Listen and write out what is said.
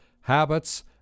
habits